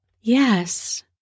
Yes